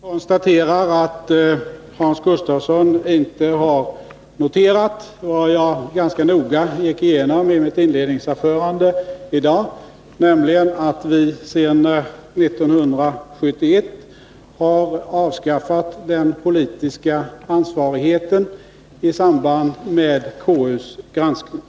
Herr talman! Jag konstaterar att Hans Gustafsson inte har noterat vad jag Onsdagen den ganska noga gick igenom i mitt inledningsanförande i dag, nämligen att vi 20 maj 1981 1971 avskaffade den politiska ansvarigheten i samband med konstitutionsutskottets granskning.